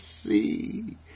see